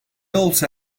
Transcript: olsa